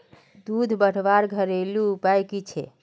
दूध बढ़वार घरेलू उपाय की छे?